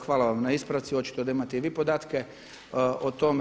Hvala vam na ispravci, očito da imate i vi podatke o tome.